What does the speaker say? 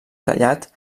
tallat